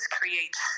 create